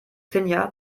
finja